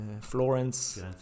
Florence